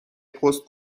پست